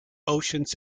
oceans